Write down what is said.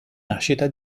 nascita